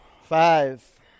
Five